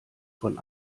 von